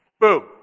Boom